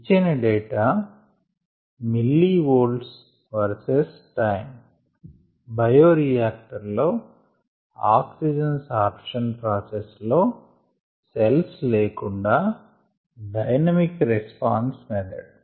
ఇచ్చిన data milli volt versus time bioreactor లో oxygen sorption process లో సెల్స్ లేకుండా డైనమిక్ రెస్పాన్స్ మెథడ్